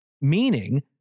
Meaning